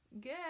Good